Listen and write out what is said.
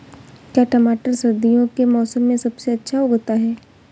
क्या टमाटर सर्दियों के मौसम में सबसे अच्छा उगता है?